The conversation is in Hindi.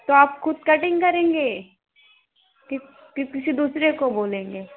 तो आप खुद कटिंग करेंगे कि कि किसी दूसरे को बोलेंगे